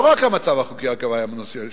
לא רק המצב החוקי הקיים, אדוני היושב-ראש: